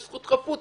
יש זכות חפות,